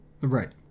Right